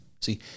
See